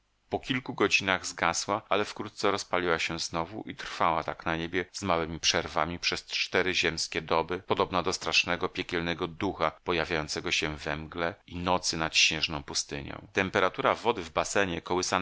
po kilku godzinach zgasła ale wkrótce rozpaliła się znowu i trwała tak na niebie z małemi przerwami przez cztery ziemskie doby podobna do strasznego piekielnego ducha pojawiającego się we mgle i nocy nad śnieżną pustynią temperatura wody w basenie kołysanej